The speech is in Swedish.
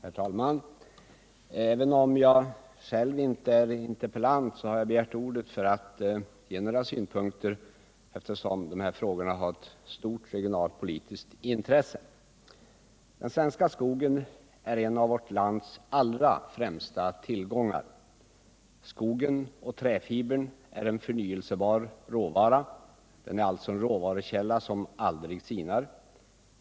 Herr talman! Även om jag själv inte är interpellant har jag begärt ordet för att anlägga några synpunkter, eftersom de här frågorna har ett stort regionalpolitiskt intresse. Den svenska skogen är en av vårt lands allra främsta tillgångar. Skogen och träfibern är en förnyelsebar råvara. Det är alltså en råvarukälla som aldrig sinar.